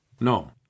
No